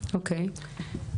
אוקיי.